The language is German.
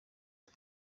hat